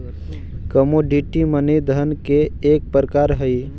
commodity money धन के एक प्रकार हई